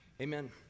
amen